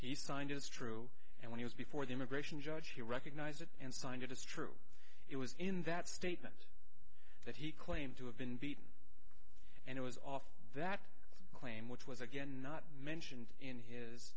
he signed it is true and when he was before the immigration judge he recognized it and signed it is true it was in that statement that he claimed to have been beaten and it was off that claim which was again not mentioned in his